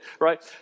right